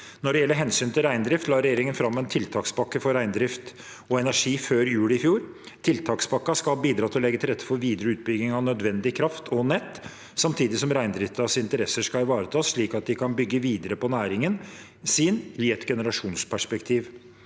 Når det gjelder hensynet til reindrift, la regjeringen fram en tiltakspakke for reindrift og energi før jul i fjor. Tiltakspakken skal bidra til å legge til rette for videre utbygging av nødvendig kraft og nett, samtidig som reindriftens interesser skal ivaretas, slik at de kan bygge videre på næringen sin i et generasjonsperspektiv.